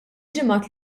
ġimgħat